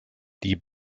die